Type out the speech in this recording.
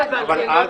מה הבעיה.